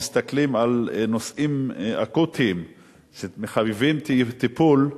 מסתכלים על נושאים אקוטיים שמחייבים טיפול,